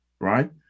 right